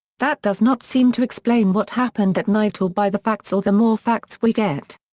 that does not seem to explain what happened that night or by the facts or the more facts we get.